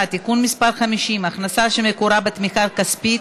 (תיקון מס' 50) (הכנסה שמקורה בתמיכה כספית),